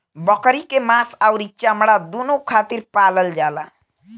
बकरी के मांस अउरी चमड़ा दूनो खातिर पालल जाला